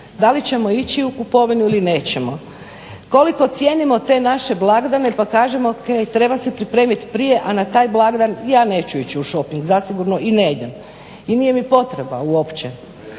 da li ćemo ići u kupovinu ili nećemo, koliko cijenimo te naše blagdane pa kažem o.k. treba se pripremit prije, a na taj blagdan ja neću ići u shoping zasigurno i ne idem i nije mi potreba uopće.